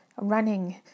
running